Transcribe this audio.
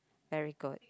very good